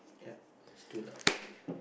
yup it's too loud over here